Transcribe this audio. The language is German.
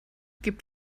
gibt